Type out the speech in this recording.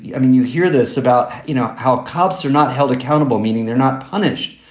i mean, you hear this about, you know, how cops are not held accountable, meaning they're not punished.